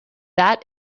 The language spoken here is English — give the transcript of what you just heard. that